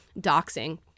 doxing